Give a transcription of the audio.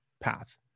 path